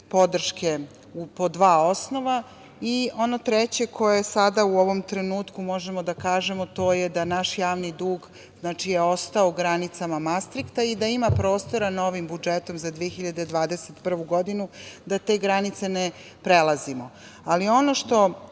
podrške po dva osnova. Ono treće koje sada u ovom trenutku možemo da kažemo, to je da naš javni dug je ostao u granicama mastrikta i da ima prostora novim budžetom za 2021. godinu da te granice ne prelazimo, ali ono što